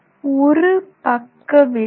ஒரு பக்க விலகல்